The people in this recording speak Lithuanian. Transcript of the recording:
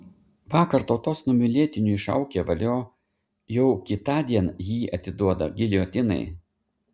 vakar tautos numylėtiniui šaukę valio jau kitądien jį atiduoda giljotinai